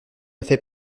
fait